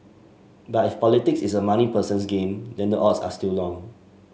but if politics is a money person's game then the odds are still long